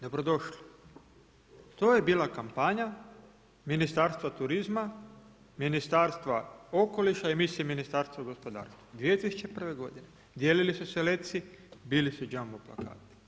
Dobrodošli!“ To je bila kampanja Ministarstva turizma, Ministarstva okoliša i Ministarstva gospodarstva 2001. godine, dijelili su se letci, bili su jumbo plakati.